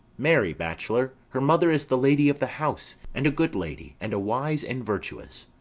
marry, bachelor, her mother is the lady of the house. and a good lady, and a wise and virtuous.